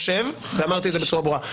אמרתי בצורה ברורה,